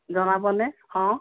জনাবনে অঁ